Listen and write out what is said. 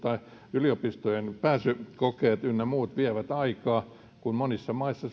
yliopistojen pääsykokeet ynnä muut vievät aikaa kun monissa maissa